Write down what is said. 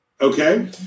Okay